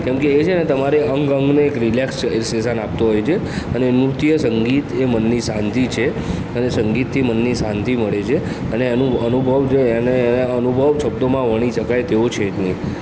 કેમ કે એ છે ને તમારે અંગ અંગને એક રિલેક્સેસન આપતું હોય છે અને નૃત્ય સંગીત એ મનની શાંતિ છે અને સંગીતથી મનની શાંતિ મળે છે અને એનું અનુભવ અને અનુભવ શબ્દોમાં વણી શકાય તેવો છે જ નહીં